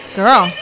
girl